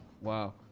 wow